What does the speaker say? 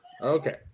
Okay